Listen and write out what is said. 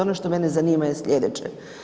Ono što mene zanima je slijedeće.